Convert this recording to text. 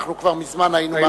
אנחנו כבר מזמן היינו אחרי.